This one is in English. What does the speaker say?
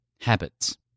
Habits